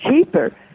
cheaper